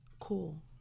cool